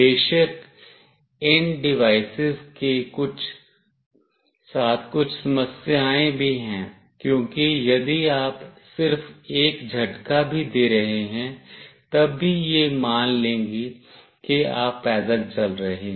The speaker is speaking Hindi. बेशक इन डिवाइसस के साथ कुछ समस्याएं भी हैं क्योंकि यदि आप सिर्फ एक झटका भी दे रहे हैं तब भी यह मान लेंगी कि आप पैदल चल रहे हैं